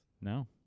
No